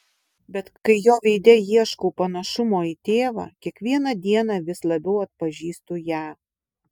bet kai jo veide ieškau panašumo į tėvą kiekvieną dieną vis labiau atpažįstu ją